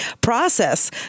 process